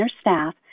staff